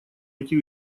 эти